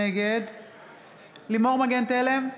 נגד לימור מגן תלם,